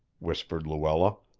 whispered luella.